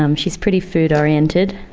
um she's pretty food oriented.